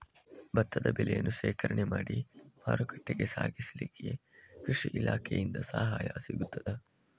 ಭತ್ತದ ಬೆಳೆಯನ್ನು ಶೇಖರಣೆ ಮಾಡಿ ಮಾರುಕಟ್ಟೆಗೆ ಸಾಗಿಸಲಿಕ್ಕೆ ಕೃಷಿ ಇಲಾಖೆಯಿಂದ ಸಹಾಯ ಸಿಗುತ್ತದಾ?